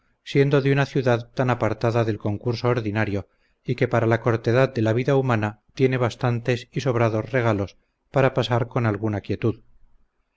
siendo de una ciudad tan apartada del concurso ordinario y que para la cortedad de la vida humana tiene bastantes y sobrados regalos para pasar con alguna quietud